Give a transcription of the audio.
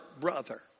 brother